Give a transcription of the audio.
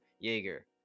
Jaeger